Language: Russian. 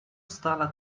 стала